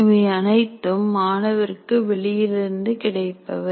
இவை அனைத்தும் மாணவர்க்கு வெளியிலிருந்து கிடைப்பவை